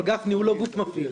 גפני, אבל הוא לא גוף מפעיל.